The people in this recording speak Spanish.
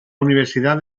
universidad